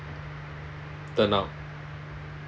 turn out